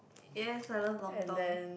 yes I love lontong